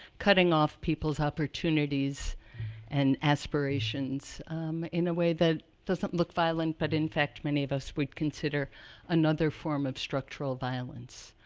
cutting off people's opportunities and aspirations in a way that doesn't look violent, but in fact many of us would consider another form of structural violence.